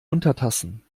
untertassen